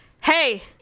hey